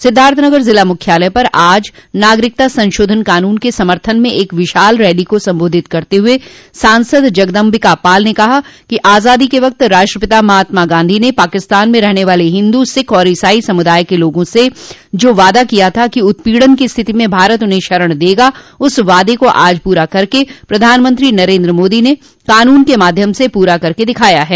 सिद्धार्थनगर जिला मुख्यालय पर आज नागरिकता संशोधन कानून के समर्थन में एक विशाल रैली को संबोधित करते हुए सांसद जगदम्बिका पाल ने कहा कि आजादी के वक्त राष्ट्रपिता महात्मा गांधी ने पाकिस्तान में रहने वाले हिन्दू सिख और ईसाई समुदाय के लोगों से जो वादा किया था कि उत्पीड़न की स्थिति में भारत उन्हें शरण देगा उस वादे को आज पूरा करके प्रधानमंत्री नरेन्द्र ने कानून के माध्यम से पूरा करके दिखाया है